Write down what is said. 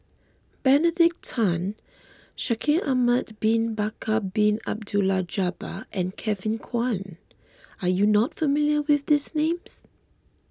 Benedict Tan Shaikh Ahmad Bin Bakar Bin Abdullah Jabbar and Kevin Kwan are you not familiar with these names